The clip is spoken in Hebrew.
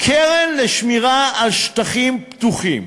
קרן לשמירה על שטחים פתוחים.